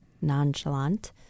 nonchalant